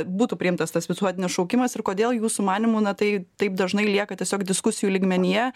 būtų priimtas tas visuotinis šaukimas ir kodėl jūsų manymu na tai taip dažnai lieka tiesiog diskusijų lygmenyje